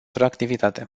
activitate